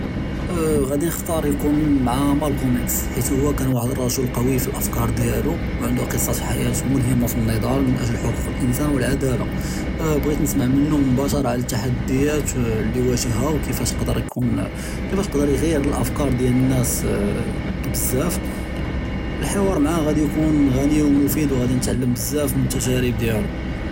ראדי נכתאר יכון מעאיא מאלקום אקס חית הו כאן ואחד לרג׳ל קוי פאלאפכּאר דיאלו בקצ׳ץ חיאת מולהמה פאןנד׳אל מן אג׳ל חוקוק אלאנסאן ואלעדאלה, בעית נסמע מנו מבאשׁרה עלא אלתחדיאת אללי ואג׳הא וכיפאש קדר יכון אה כיפאש קדר יג׳יר אלאפכּאר דיאל אלנאס אה בזאף, אלחוואר מעאה ראדי יכון׳ ע׳ני ומפיד וראדי נתעלם בזאף מן אלתג׳ארב דיאלו.